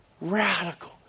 radical